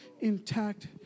intact